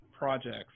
projects